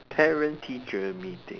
parent teacher meeting